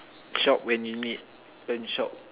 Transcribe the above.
shop when you need don't shop